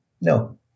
No